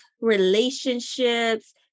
relationships